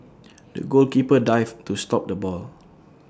the goalkeeper dived to stop the ball